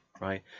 right